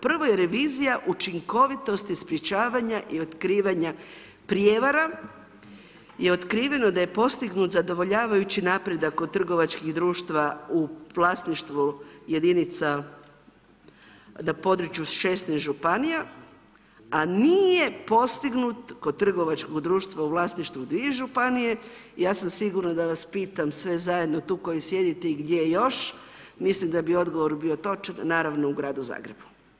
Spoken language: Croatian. Prvo je revizija učinkovitosti sprečavanja i otkrivanja prijevara je otkriveno da je postignut zadovoljavajući napredak kod trgovačkih društva u vlasništvu jedinica na području 16 županija, a nije postignut kod trgovačkog društva u vlasništvu dvije županije, ja sam sigurna da vas pitam sve zajedno tu koji sjedite i gdje još, mislim da bi odgovor bio točan, naravno u gradu Zagrebu.